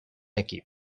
equip